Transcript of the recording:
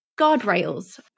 guardrails